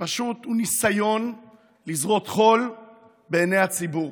פשוט ניסיון לזרות חול בעיני הציבור.